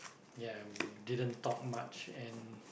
ya didn't talk much and